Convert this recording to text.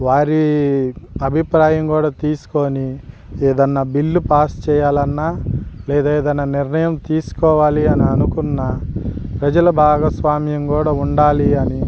వారి అభిప్రాయం కూడా తీసుకొని ఏదైనా బిల్లు పాస్ చేయాలన్నా లేదా ఏదైనా నిర్ణయం తీసుకోవాలి అని అనుకున్న ప్రజల భాగస్వామ్యం కూడా ఉండాలి అని